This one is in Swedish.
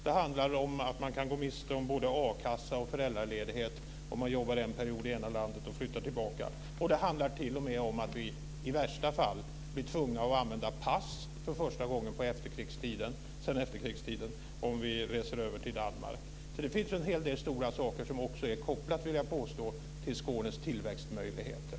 Det handlar om att man kan gå miste om både a-kassa och föräldraledighet om man jobbar en period i ena landet och flyttar tillbaka. Det handlar t.o.m. om att vi i värsta fall blir tvungna att använda pass för första gången sedan efterkrigstiden när vi reser över till Danmark. Det finns en hel del stora saker som är kopplade, vill jag påstå, till Skånes tillväxtmöjligheter.